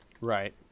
Right